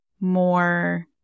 more